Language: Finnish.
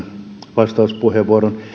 vastauspuheenvuoron